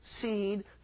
seed